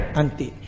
anti